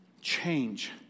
change